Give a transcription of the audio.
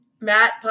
Matt